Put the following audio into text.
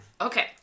Okay